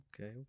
okay